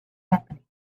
happening